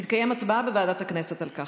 תתקיים הצבעה בוועדת הכנסת על כך.